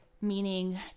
Meaning